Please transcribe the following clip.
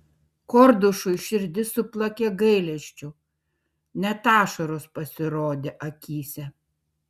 kordušui širdis suplakė gailesčiu net ašaros pasirodė akyse